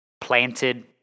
Planted